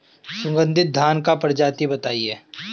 सुगन्धित धान क प्रजाति बताई?